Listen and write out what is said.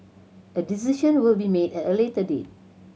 a decision will be made at a later date